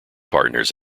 partners